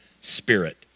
spirit